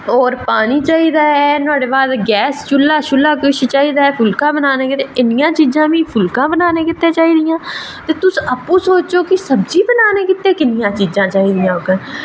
होर पानी चाहिदा ऐ गैस चुल्हा ते इन्नियां चीज़ां फुलका बनाने गितै चाही दियां न ते तुस आपूं सोचो की सब्जी बनाने गित्तै किन्नियां चीज़ां चाही दियां होङन